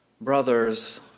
brothers